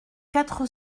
quatre